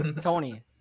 Tony